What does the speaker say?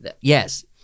yes